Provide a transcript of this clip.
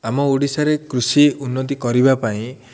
ଆମ ଓଡ଼ିଶାରେ କୃଷି ଉନ୍ନତି କରିବା ପାଇଁ